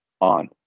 on